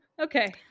Okay